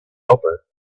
helper